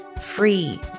free